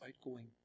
outgoing